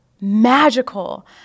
magical